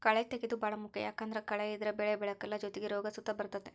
ಕಳೇ ತೆಗ್ಯೇದು ಬಾಳ ಮುಖ್ಯ ಯಾಕಂದ್ದರ ಕಳೆ ಇದ್ರ ಬೆಳೆ ಬೆಳೆಕಲ್ಲ ಜೊತಿಗೆ ರೋಗ ಸುತ ಬರ್ತತೆ